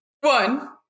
one